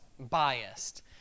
biased